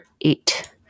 eight